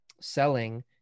selling